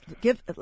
Give